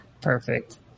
Perfect